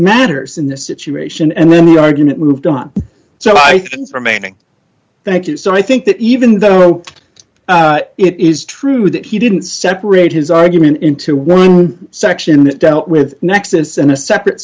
matters in this situation and then the argument moved on so i think it's remaining thank you so i think that even though it is true that he didn't separate his argument into one section that dealt with nexus in a separate